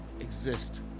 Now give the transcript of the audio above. exist